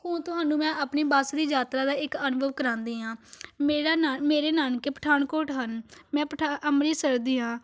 ਉਹ ਤੁਹਾਨੂੰ ਮੈਂ ਆਪਣੀ ਬੱਸ ਦੀ ਯਾਤਰਾ ਦਾ ਇੱਕ ਅਨੁਭਵ ਕਰਾਉਂਦੀ ਹਾਂ ਮੇਰਾ ਨਾ ਮੇਰੇ ਨਾਨਕੇ ਪਠਾਨਕੋਟ ਹਨ ਮੈਂ ਪਠਾ ਅੰਮ੍ਰਿਤਸਰ ਦੀ ਹਾਂ